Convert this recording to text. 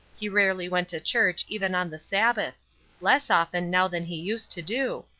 he rarely went to church even on the sabbath less often now than he used to do.